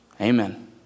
Amen